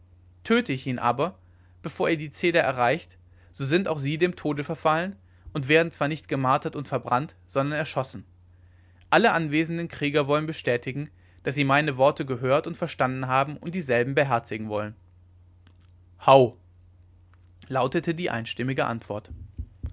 töte ich ihn aber bevor er die zeder erreicht so sind auch sie dem tode verfallen und werden zwar nicht gemartert und verbrannt sondern erschossen alle anwesenden krieger wollen bestätigen daß sie meine worte gehört und verstanden haben und dieselben beherzigen wollen howgh lautete die einstimmige antwort